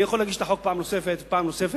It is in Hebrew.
אני יכול להגיש את החוק פעם נוספת ופעם נוספת,